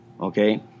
okay